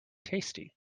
tasty